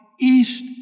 east